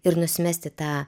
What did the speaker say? ir nusimesti tą